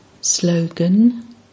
Slogan